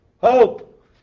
Hope